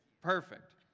Perfect